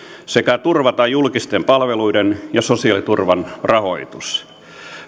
sekä turvata julkisten palveluiden ja sosiaaliturvan rahoitus